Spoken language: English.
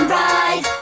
ride